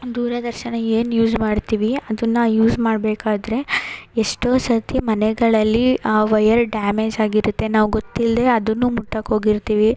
ದೂರದರ್ಶನ ಏನು ಯೂಸ್ ಮಾಡ್ತೀವಿ ಅದನ್ನು ಯೂಸ್ ಮಾಡ್ಬೇಕಾದರೆ ಎಷ್ಟೋ ಸರ್ತಿ ಮನೆಗಳಲ್ಲಿ ಆ ವೈಯರ್ ಡ್ಯಾಮೇಜ್ ಆಗಿರುತ್ತೆ ನಾವು ಗೊತ್ತಿಲ್ದೆ ಅದನ್ನು ಮುಟ್ಟಕ್ಕೆ ಹೋಗಿರ್ತಿವಿ